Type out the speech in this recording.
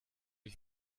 ich